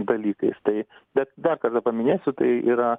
dalykais tai bet dar kartą paminėsiu tai yra